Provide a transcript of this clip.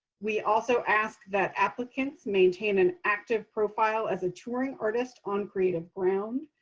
we also ask that applicants maintain an active profile as a touring artist on creativeground,